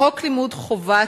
חוק לימוד חובה,